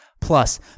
Plus